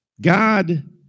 God